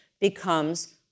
becomes